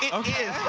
yeah okay.